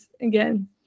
again